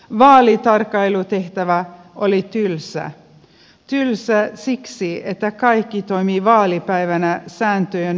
vaalitarkkailutehtävä oli tylsä tylsä siksi että kaikki toimi vaalipäivänä sääntöjen mukaan